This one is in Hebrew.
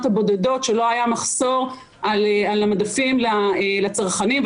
הבודדות שלא היה מחסור על המדפים לצרכנים,